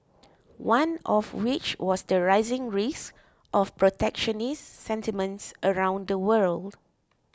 one of which was the rising risk of protectionist sentiments around the world